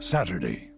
Saturday